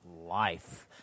Life